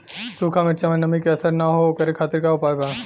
सूखा मिर्चा में नमी के असर न हो ओकरे खातीर का उपाय बा?